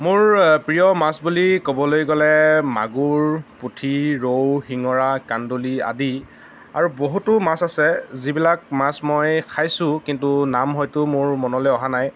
মোৰ প্ৰিয় মাছ বুলি ক'বলৈ গ'লে মাগুৰ পুঠি ৰৌ শিঙৰা কান্দুলি আদি আৰু বহুতো মাছ আছে যিবিলাক মাছ মই খাইছোঁ কিন্তু নাম হয়তো মোৰ মনলৈ অহা নাই